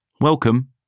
Welcome